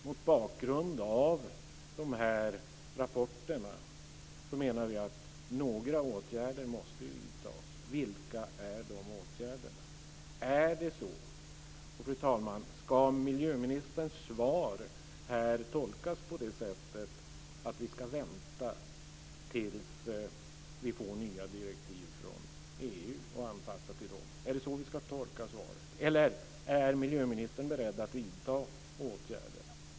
Mot bakgrund av rapporterna menar vi att åtgärder måste vidtas. Vilka är dessa åtgärder? Ska miljöministerns svar tolkas på det sättet att vi ska vänta tills det kommer nya direktiv från EU och anpassa oss till dem? Är det så vi ska tolka svaret? Eller är miljöministern beredd att vidta åtgärder?